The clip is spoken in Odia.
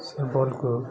ସେ ବଲ୍କୁ